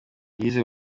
yize